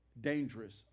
dangerous